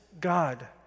God